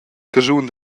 caschun